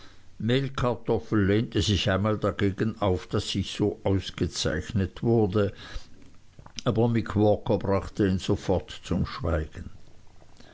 mehlkartoffel lehnte sich einmal dagegen auf daß ich so ausgezeichnet wurde aber mick walker brachte ihn sofort zum schweigen